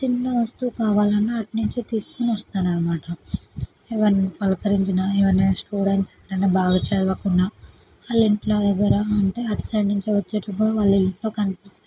చిన్నవస్తువు కావాలన్నా అటు నుంచే తీసుకునొస్తాను అన్నమాట ఎవరైనా పలకరించినా ఎవరినైనా స్టూడెంట్స్ ఎవరైనా బాగా చదవకున్నా వాళ్ళ ఇంట్లో ఎవరా అంటే అటు సైడ్ నుంచే వచ్చేటప్పుడు వాళ్ళ ఇంట్లో కనిపిస్తే